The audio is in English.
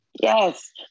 Yes